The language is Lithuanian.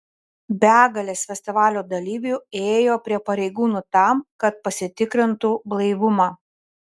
begalės festivalio dalyvių ėjo prie pareigūnų tam kad pasitikrintu blaivumą